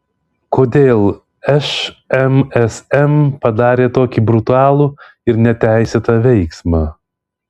kodėl šmsm padarė tokį brutalų ir neteisėtą veiksmą